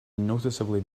noticeably